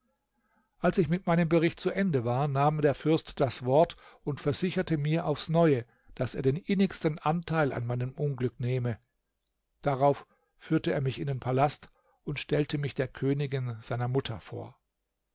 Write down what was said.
als ich mit meinem bericht zu ende war nahm der fürst das wort und versicherte mir aufs neue daß er den innigsten anteil an meinem unglück nehme darauf führte er mich in den palast und stellte mich der königin seiner mutter vor